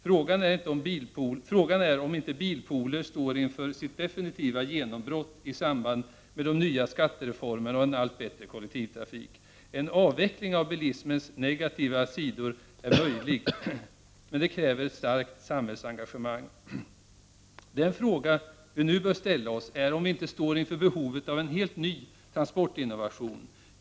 Frågan är om inte bilpooler står inför sitt definitiva genombrott i samband med de nya skattereformerna och en allt bättre kollektivtrafik. En avveckling av bilismens negativa sidor är möjlig men det kräver ett starkt samhällsengagemang. Den fråga vi nu bör ställa oss är om vi inte står inför behovet av en helt ny transportinnovation.